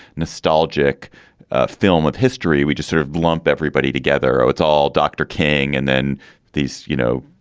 nostalgic film of history, we just sort of lump everybody together. ah it's all dr. king. and then these, you know,